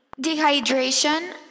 dehydration